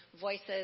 Voices